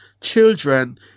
children